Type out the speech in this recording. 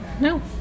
No